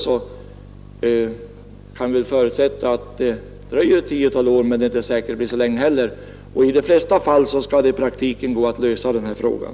Vi kan väl förutsätta att det kan dröja ett tiotal år, men det är inte säkert att det dröjer så länge. I de flesta fall skall det i praktiken gå att lösa den här frågan.